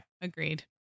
agreed